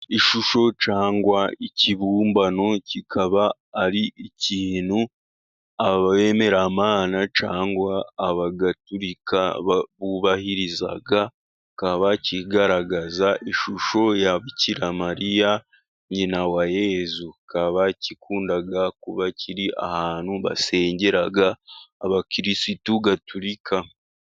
Ishusho cyangwa ikibumbano, kikaba ari ikintu abemeramana cyangwa abagaturika bubahiriza, kikaba kigaragaza ishusho ya Bikiramariya nyina wa Yezu, kikaba gikunda kuba kiri ahantu basengera abakirisitu gaturika.